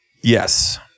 Yes